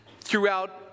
throughout